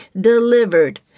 delivered